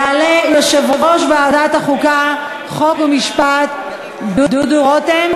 יעלה יושב-ראש ועדת החוקה, חוק ומשפט דודו רותם.